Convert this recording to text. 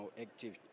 active